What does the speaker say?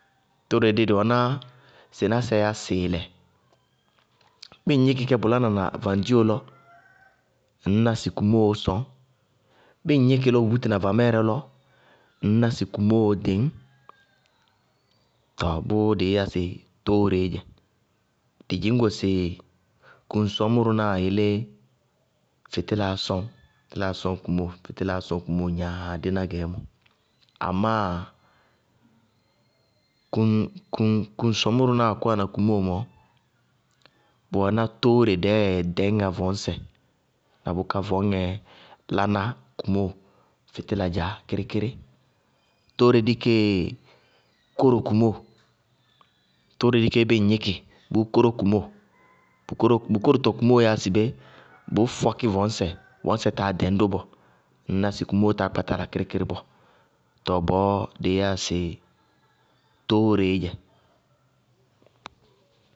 Tóóre dí dɩ wɛná sɩnásɛɛ yá sɩɩlɛ. Bíɩ ŋ gníkɩ bʋ lána vaŋdiwo lɔ, ŋñná sɩ kumóo sɔñ, bíɩ ŋ gníkɩ lɔ bʋ búti na vamɛɛrɛ lɔ, ŋñná sɩ gnimoó ɖɩñ. Tɔɔ bʋʋ dɩí yá sɩ tóóreé dzɛ. Dɩ dzɩñ go sɩ kuŋsɔmʋrʋnáa yelé fɩtílaá sɔñ, fɩtílaá sɔñ kumóo gnaaa díí ná gɛɛmɔ, amá kuŋsɔmʋrʋnáa kɔwana kumóo mɔɔ, bʋ wɛná tóóre dɛɛɛ laná tóóre dɛɛɛ ɖɛñŋá vɔɔsɛ na bʋká vɔñŋɛɛ laná kumóo fɩtíla dzaá kíríkírí, tóóre dí kéé kóro kumóo, tóóre dí kéé bíɩ ŋ gníkɩ, bʋʋ kóró kumóo, bʋ kórotɔ kumóo yáa sɩbé, bʋʋ fɔkí vɔɔsɛ, vɔɔsɛ táa ɖɛñ ró bɔɔ, ŋñná sɩ kumóo táa kpáta la kíríkírí bɔɔ. Tɔɔ bɔɔ dɩɩ yáa sɩ tóóreé dzɛ.